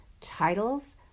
titles